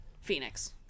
phoenix